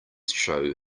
show